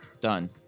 done